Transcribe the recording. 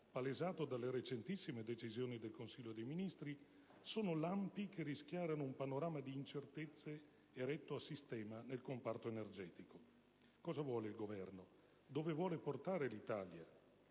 palesato dalle recentissime decisioni del Consiglio dei ministri, sono lampi che rischiarano un panorama di incertezze, eretto a sistema nel comparto energetico. Cosa vuole il Governo, dove vuole portare l'Italia?